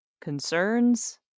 concerns